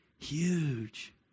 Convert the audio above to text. huge